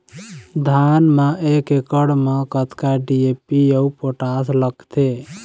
धान म एक एकड़ म कतका डी.ए.पी अऊ पोटास लगथे?